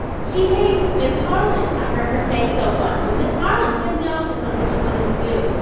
she hates miss harland. i heard her say so once, when miss harland said no to something she wanted to do.